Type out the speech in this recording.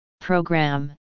Program